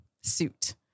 suit